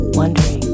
wondering